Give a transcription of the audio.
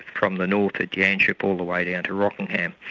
from the north at yanchep all the way down to rockingham,